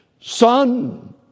Son